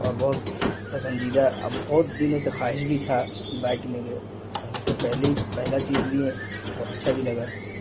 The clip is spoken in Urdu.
اور بہت پسندیدہ اب بہت دنوں سے خواہش بھی تھا کہ بائک لیں کے اور سب سے پہلی پہلا چیز لیے بہت اچھا بھی لگا